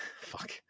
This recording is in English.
fuck